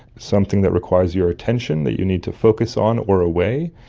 something that requires your attention that you need to focus on or away,